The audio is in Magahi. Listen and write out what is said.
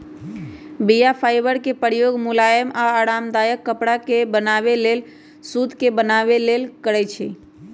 बीया फाइबर के प्रयोग मुलायम आऽ आरामदायक कपरा के बनाबे लेल सुत के बनाबे लेल करै छइ